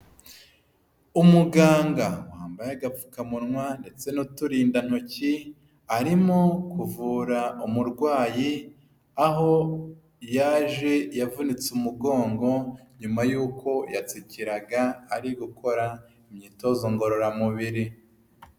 Umuganga wambaye agapfukamunwa ndetse n'uturindantoki, arimo kuvura umurwayi aho yaje yavunitse umugongo nyuma y'uko yatsikiraga ari gukora imyitozo ngororamubiri.